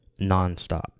nonstop